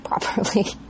properly